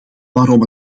waarom